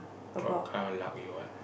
what kind of luck you want